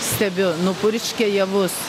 stebiu nupurškia javus